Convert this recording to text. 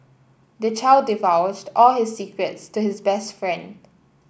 the child divulged all his secrets to his best friend